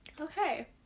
Okay